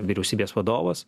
vyriausybės vadovas